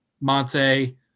Monte